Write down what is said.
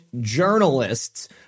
journalists